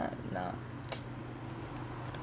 nah nah